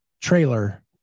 trailer